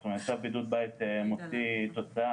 זאת אומרת צו בידוד בית מוציא תוצאה,